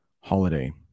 holiday